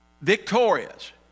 victorious